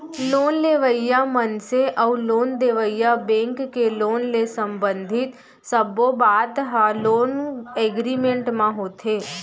loan लेवइया मनसे अउ लोन देवइया बेंक के लोन ले संबंधित सब्बो बात ह लोन एगरिमेंट म होथे